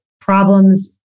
problems